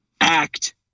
act